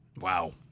Wow